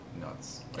nuts